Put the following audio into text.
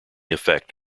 effect